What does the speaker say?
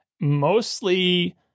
mostly